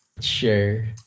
sure